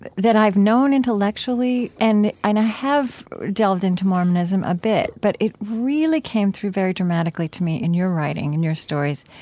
that that i've known intellectually and i have delved into mormonism a bit, but it really came through very dramatically to me in your writing, in your stories,